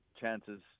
chances